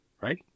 right